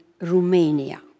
Romania